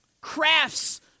crafts